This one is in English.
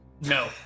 No